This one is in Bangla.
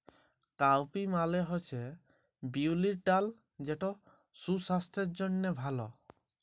কাউপি মালে হছে বিউলির ডাল যেট সুসাস্থের জ্যনহে ভাল